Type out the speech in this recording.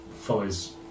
follows